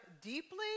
deeply